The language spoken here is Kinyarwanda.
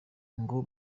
ngo